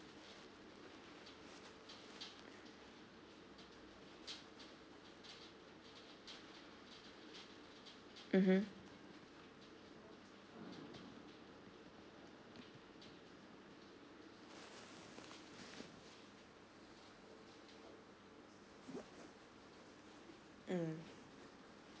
mm mm